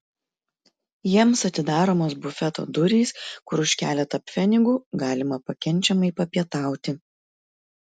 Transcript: jiems atidaromos bufeto durys kur už keletą pfenigų galima pakenčiamai papietauti